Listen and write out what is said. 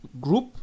group